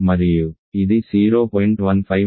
మరియు ఇది 0